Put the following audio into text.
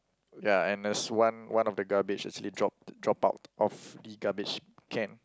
ya and there's one one of the garbage actually dropped dropped out of the garbage can